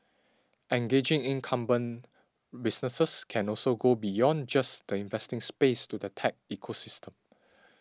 engaging incumbent businesses can also go beyond just the investing space to the tech ecosystem